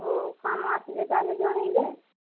ହଉ କାମ ଆସିଲେ ତାହେଲେ ଜଣାଇବେ